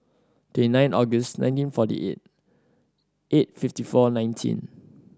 twenty nine August nineteen forty eight eight fifteen four nineteen